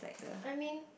I mean